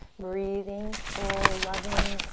breathing full loving,